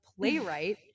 playwright